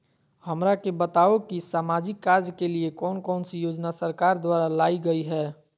हमरा के बताओ कि सामाजिक कार्य के लिए कौन कौन सी योजना सरकार द्वारा लाई गई है?